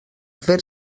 fer